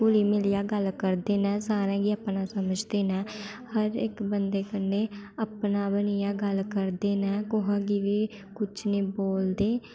घुली मिलियै गल्ल करदे न सारें गी अपना समझदे न हर इक बंदे कन्नै अपने बनियै गल्ल करदे न कुसै गी बी कुछ निं बोलदे